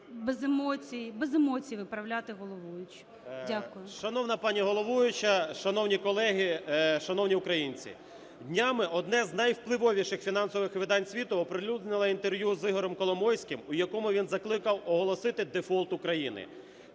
без емоцій виправляти головуючу. Дякую. 10:24:51 ГЕРАСИМОВ А.В. Шановна пані головуюча! Шановні колеги! Шановні українці! Днями одне з найвпливовіших фінансових видань світу оприлюднило інтерв'ю з Ігорем Коломойським, в якому він закликав оголосити дефолт України.